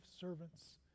servants